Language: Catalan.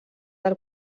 del